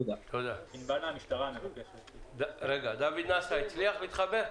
דוד נאסה הצליח להתחבר?